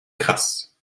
krass